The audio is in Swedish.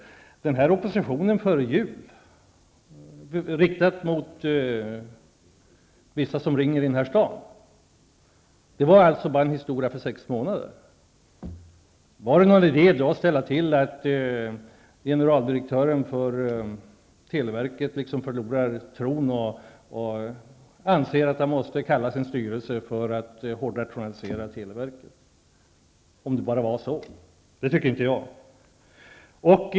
Beträffande detta med oppositionen före jul, riktad mot vissa som ringer i den här staden, var det alltså bara fråga om något som skulle gälla i sex månader. Var det då någon mening med att ställa till det så och tala om att generaldirektören för televerket ''förlorar tron'' och att han anser att han måste kalla sin styrelse för att televerket skall hårdrationaliseras? Ja, om det nu var så. Det anser inte jag att det var.